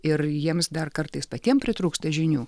ir jiems dar kartais patiem pritrūksta žinių